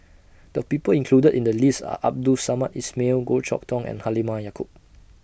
The People included in The list Are Abdul Samad Ismail Goh Chok Tong and Halimah Yacob